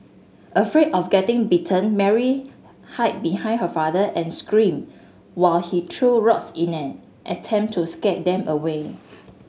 afraid of getting bitten Mary hide behind her father and screamed while he threw rocks in an attempt to scare them away